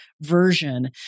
version